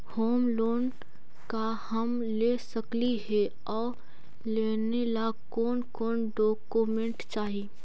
Home loan का हम ले सकली हे, और लेने ला कोन कोन डोकोमेंट चाही?